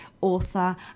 author